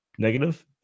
negative